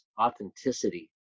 authenticity